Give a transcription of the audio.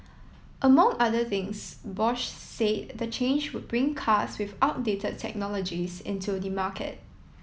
among other things Bosch said the change would bring cars with outdated technologies into the market